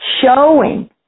showing